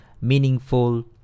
meaningful